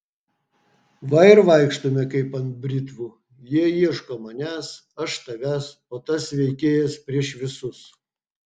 va ir vaikštome kaip ant britvų jie ieško manęs aš tavęs o tas veikėjas prieš visus